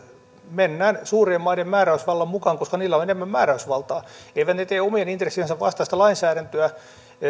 mennään suurien maiden määräysvallan mukaan koska niillä on enemmän määräysvaltaa eivät ne tee omien intressiensä vastaista lainsäädäntöä